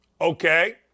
Okay